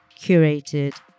curated